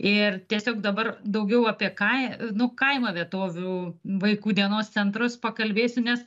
ir tiesiog dabar daugiau apie ką nu kaimo vietovių vaikų dienos centrus pakalbėsiu nes